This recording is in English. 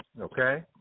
Okay